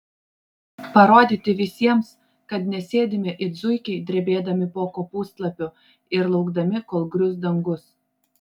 parodyti visiems kad nesėdime it zuikiai drebėdami po kopūstlapiu ir laukdami kol grius dangus